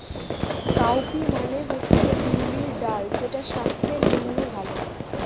cowpea মানে হচ্ছে বিউলির ডাল যেটা স্বাস্থ্যের জন্য ভালো